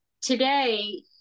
today